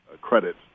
credit